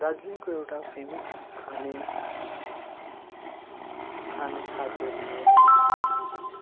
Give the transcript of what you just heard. दार्जिलिङको एउटा फेमस खाने खाने खाद्य छ